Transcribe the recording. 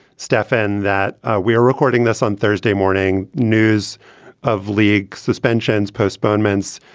stefan, that we are recording this on thursday morning. news of league suspensions, postponements,